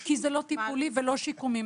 כי זה לא טיפולי ולא שיקומי.